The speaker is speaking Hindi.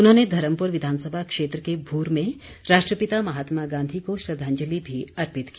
उन्होंने धर्मपुर विधानसभा क्षेत्र के भूर में राष्ट्रपिता महात्मा गांधी को श्रद्धांजलि भी अर्पित की